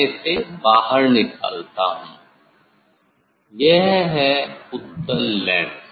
मैं इसे बाहर निकालता हूं यह है उत्तल लेंस